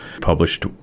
published